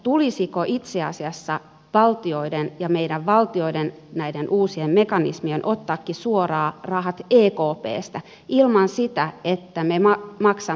tulisiko itse asiassa valtioiden ja meidän valtioidemme näiden uusien mekanismien ottaakin suoraan rahat ekpstä ilman sitä että me maksamme katteet välistä